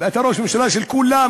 ואתה ראש ממשלה של כולם.